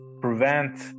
prevent